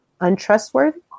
untrustworthy